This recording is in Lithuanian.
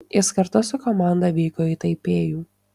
jis kartu su komanda vyko į taipėjų